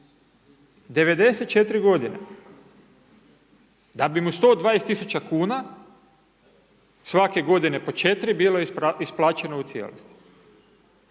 94 godine! Da bi mu 120 000 kuna, svake godine po 4 bilo isplaćeno u cijelosti.